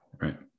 right